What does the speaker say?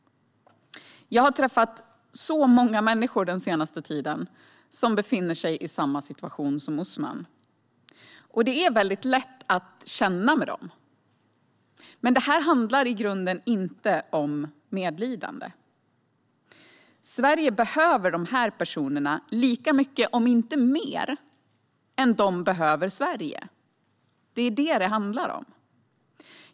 Jag har träffat så många människor den senaste tiden som befinner sig i samma situation som Usman. Det är mycket lätt att känna med dem. Men detta handlar i grunden inte om medlidande. Sverige behöver dessa personer lika mycket, om inte mer, än de behöver Sverige. Det är detta det handlar om.